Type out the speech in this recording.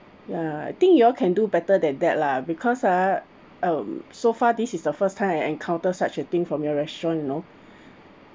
ya I think you all can do better than that lah because ah um so far this is the first time I encounter such a thing from your restaurant you know